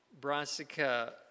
Brassica